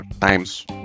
times